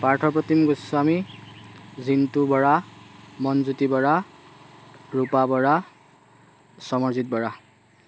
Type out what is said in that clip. Parthapratim Goswami Jintu Bora Monjyoti Bora Rupa Bora Samarjit Bora